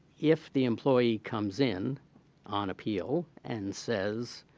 if the employee comes in on appeal and says,